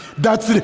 that's it.